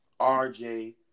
RJ